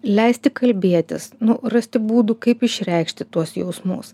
leisti kalbėtis rasti būdų kaip išreikšti tuos jausmus